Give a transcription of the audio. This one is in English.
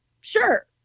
Sure